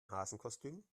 hasenkostüm